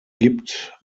gibt